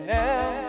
now